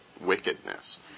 wickedness